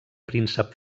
príncep